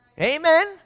Amen